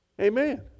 Amen